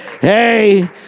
Hey